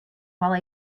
while